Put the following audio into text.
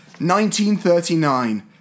1939